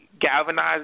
galvanize